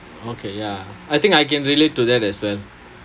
okay ya I think I can relate to that as well